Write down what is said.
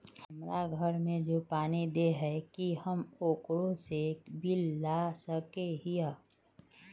हमरा घर में जे पानी दे है की हम ओकरो से बिल ला सके हिये?